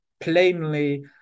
plainly